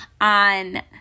on